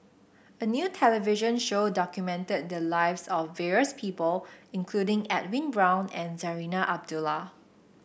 a new television show documented the lives of various people including Edwin Brown and Zarinah Abdullah